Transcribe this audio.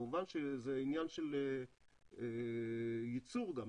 כמובן שזה עניין של ייצור גם,